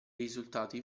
risultati